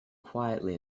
quietly